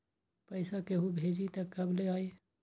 पैसा केहु भेजी त कब ले आई?